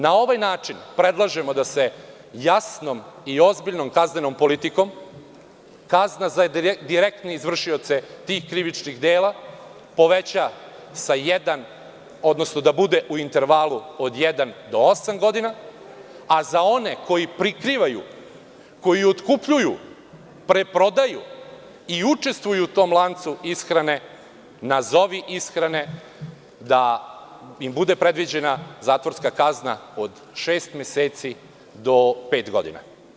Na ovaj način, predlažemo da se jasnom i ozbiljnom kaznenom politikom kazna za direktne izvršioce tih krivičnih dela poveća i da bude u intervalu od jedan do osam godina, a za one koji prikrivaju, koji otkupljuju, preprodaju i učestvuju u tom lancu ishrane, nazovi ishrane, da im bude predviđena zakonska kazna od šest meseci do pet godina.